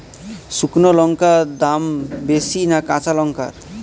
শুক্নো লঙ্কার দাম বেশি না কাঁচা লঙ্কার?